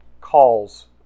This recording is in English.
calls